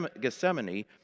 Gethsemane